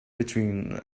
between